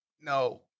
no